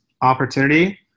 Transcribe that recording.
opportunity